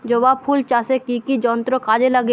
জবা ফুল চাষে কি কি যন্ত্র কাজে লাগে?